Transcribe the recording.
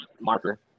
marker